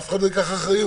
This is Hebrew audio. מעצר ירושלים נסגר,